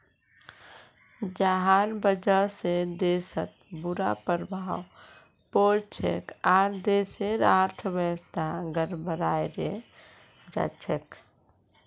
जहार वजह से देशत बुरा प्रभाव पोरछेक आर देशेर अर्थव्यवस्था गड़बड़ें जाछेक